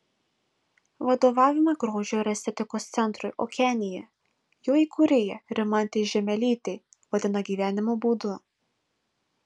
vadovavimą grožio ir estetikos centrui okeanija jo įkūrėja rimantė žiemelytė vadina gyvenimo būdu